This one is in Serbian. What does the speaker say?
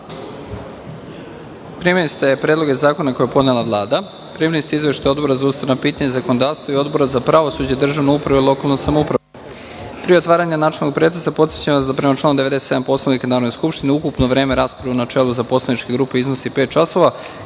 Primili ste Predlog zakona koje je podnela Vlada. Primili ste izveštaje Odbora za ustavna pitanja i zakonodavstvo i Odbora za pravosuđe, državnu upravu i lokalnu samoupravu..Pre otvaranja načelnog pretresa podsećam vas da prema članu 97. Poslovnika Narodne skupštine ukupno vreme rasprave u načelu za poslaničke grupe iznosi pet časova,